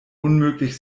unmöglich